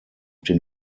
den